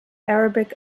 arabic